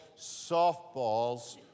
softballs